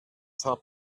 top